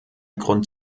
grund